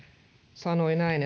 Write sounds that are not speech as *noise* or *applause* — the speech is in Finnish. sanoi näin *unintelligible*